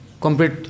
complete